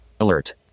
Alert